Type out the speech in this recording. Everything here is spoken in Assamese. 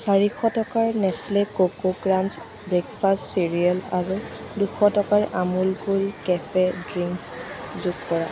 চাৰিশ টকাৰ Nestle cocoa crunch breakfast cereal আৰু দুশ টকাৰ আমুল কুল কেফে ড্ৰিংকচ যোগ কৰা